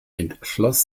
entschloss